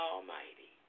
Almighty